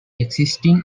existing